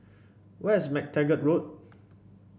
where is MacTaggart Road